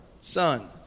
son